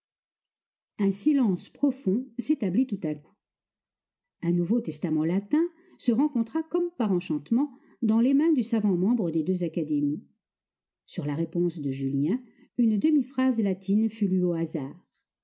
un silence profond s'établit tout à coup un nouveau testament latin se rencontra comme par enchantement dans les mains du savant membre de deux académies sur la réponse de julien une demi phrase latine fut lue au hasard